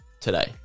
today